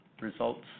results